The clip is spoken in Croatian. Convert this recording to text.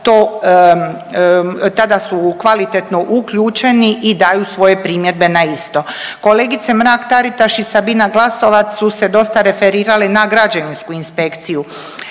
tada su kvalitetno uključeni i daju svoje primjedbe na isto. Kolegica Mrak-Taritaš i Sabina Glasovac su se dosta referirali na građevinsku inspekciju.